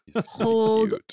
Hold